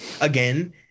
again